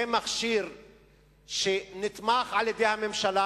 זה מכשיר שנתמך על-ידי הממשלה,